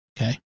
Okay